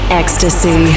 ecstasy